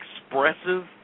expressive